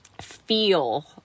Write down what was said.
feel